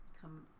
come